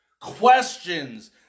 questions